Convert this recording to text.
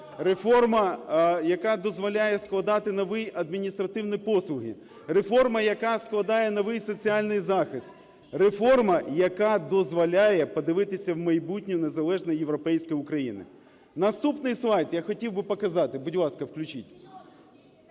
реформа, яка дозволяє складати нові адміністративні послуги; реформа, яка складає новий соціальний захист; реформа, яка дозволяє подивитися в майбутнє незалежної європейської України. Наступний слайд я хотів би показати. Будь ласка, включіть.